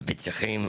וצריכים